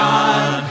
God